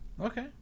okay